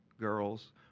girls